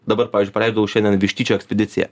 dabar pavyzdžiui paleidau šiandien vištyčio ekspediciją